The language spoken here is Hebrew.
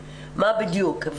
מה בדיוק?